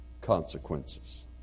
consequences